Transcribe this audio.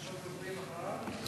יש עוד מישהו אחריו?